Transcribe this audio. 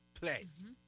place